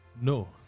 No